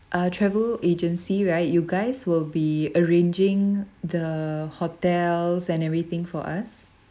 a travel agency right you guys will be arranging the hotels and everything for us